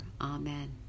Amen